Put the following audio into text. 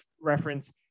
Reference